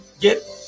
get